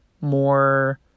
more